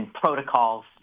protocols